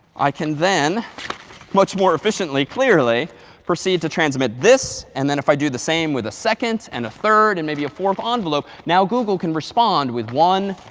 i can then much more efficiently clearly proceed to transmit this. and then if i do the same with a second and a third and maybe a fourth envelope, now google can respond with one,